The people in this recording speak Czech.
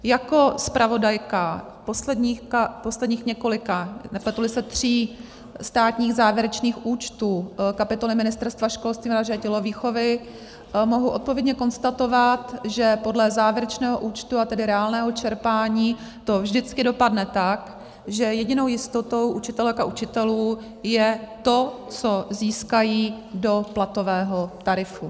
Jako zpravodajka posledních několika, nepletuli se tří, státních závěrečných účtů kapitoly Ministerstva školství, mládeže a tělovýchovy mohu odpovědně konstatovat, že podle závěrečného účtu, a tedy reálného čerpání to vždycky dopadne tak, že jedinou jistotou učitelek a učitelů je to, co získají do platového tarifu.